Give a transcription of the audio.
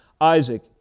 Isaac